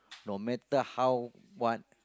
no matter how what